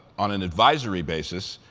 on an advisory basis,